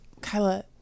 Kyla